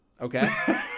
Okay